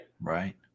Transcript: Right